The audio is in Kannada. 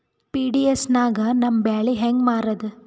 ಪಿ.ಡಿ.ಎಸ್ ನಾಗ ನಮ್ಮ ಬ್ಯಾಳಿ ಹೆಂಗ ಮಾರದ?